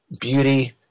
beauty